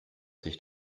sich